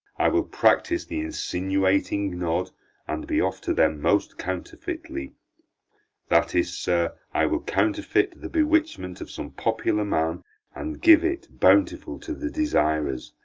i will practise the insinuating nod and be off to them most counterfeitly that is, sir, i will counterfeit the bewitchment of some popular man and give it bountifully to the desirers.